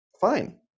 Fine